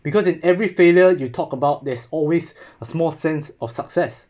because in every failure you talk about there's always a small sense of success